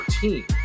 team